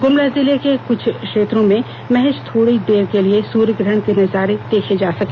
गुमला जिले के कुछ क्षेत्रों में महज थोड़ी देर के लिए सूर्यग्रहण के नजारे को देखा जा सका